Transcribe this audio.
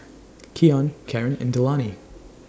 Keyon Carin and Delaney